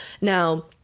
Now